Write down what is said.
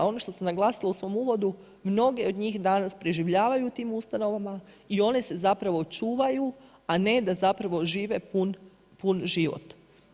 Ono što sam naglasila u svom uvodu, mnoge od njih danas preživljavaju u tim ustanovama i one se zapravo čuvaju a ne da zapravo žive pun život.